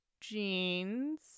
jeans